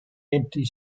empty